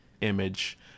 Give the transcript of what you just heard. image